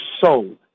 sold